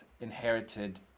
inherited